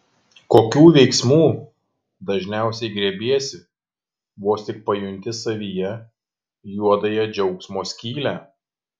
kokių veiksmų dažniausiai griebiesi vos tik pajunti savyje juodąją džiaugsmo skylę